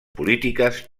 polítiques